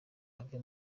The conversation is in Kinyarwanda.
ave